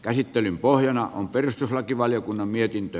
käsittelyn pohjana on perustuslakivaliokunnan mietintö